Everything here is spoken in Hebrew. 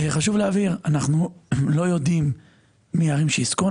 חשוב להבהיר שאנחנו לא יודעים מי אלה שיזכו.